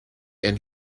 and